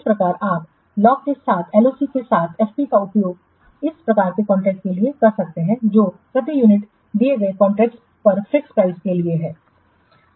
इस प्रकार आप LOC के स्थान पर FP का उपयोग इस प्रकार के कॉन्ट्रैक्ट के लिए कर सकते हैं जो प्रति यूनिट दिए गए कॉन्ट्रैक्टस पर फिक्स प्राइसके लिए है